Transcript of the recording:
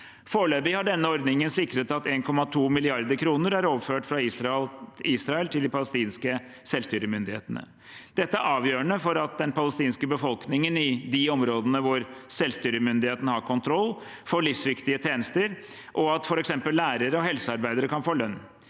Foreløpig har denne ordningen sikret at 1,2 mrd. kr er overført fra Israel til de palestinske selvstyremyndighetene. Dette er avgjørende for at den palestinske befolkningen i de områdene hvor selvstyremyndighetene har kontroll, får livsviktige tjenester, og at f.eks. lærere og helsearbeidere kan få lønn.